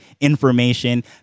information